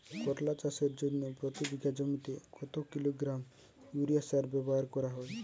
করলা চাষের জন্য প্রতি বিঘা জমিতে কত কিলোগ্রাম ইউরিয়া সার ব্যবহার করা হয়?